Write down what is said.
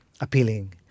appealing